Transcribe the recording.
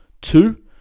Two